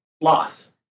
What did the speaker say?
loss